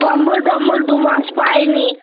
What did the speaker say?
কম্বল টম্বল দু মাস পাই নি